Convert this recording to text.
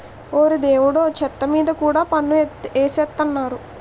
ఓరి దేవుడో చెత్త మీద కూడా పన్ను ఎసేత్తన్నారు